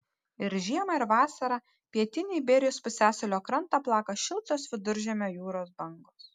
ir žiemą ir vasarą pietinį iberijos pusiasalio krantą plaka šiltos viduržemio jūros bangos